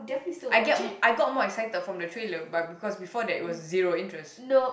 I get more I got more excited from the trailer but because before that it was zero interest